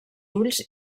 ulls